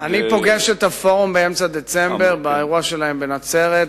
אני פוגש את הפורום באמצע דצמבר באירוע שלהם בנצרת,